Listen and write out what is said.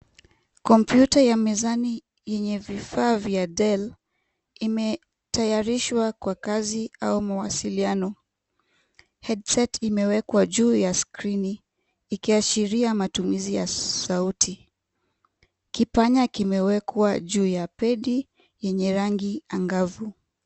Computer ya mezani yenye vifaa vya dell, imetayarishwa kwa kazi au mawasiliano. Headset imewekwa juu ya skrini ikiashiria matumizi ya sauti. Kipanya kimewekwa juu ya pedi yenye rangi angavu.